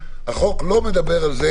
החוק מדבר על זה